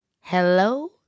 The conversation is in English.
Hello